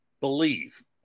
believe